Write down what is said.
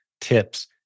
tips